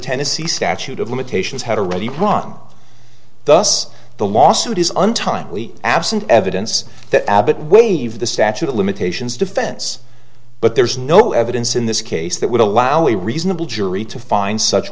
tennessee statute of limitations had already one thus the lawsuit is untimely absent evidence that abbott waived the statute of limitations defense but there's no evidence in this case that would allow a reasonable jury to find such